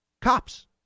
Cops